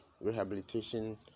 rehabilitation